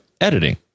editing